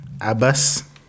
Abbas